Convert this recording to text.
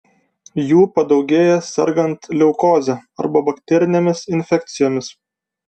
jų padaugėja sergant leukoze arba bakterinėmis infekcijomis